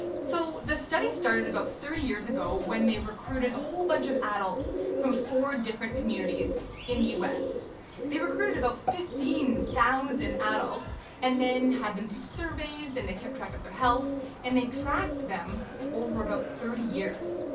so the study started about thirty years ago, when they recruited a whole bunch of adults from four different communities in the us they recruited about fifteen thousand adults and then had them do surveys and they kept track of their health and they tracked them over about thirty years.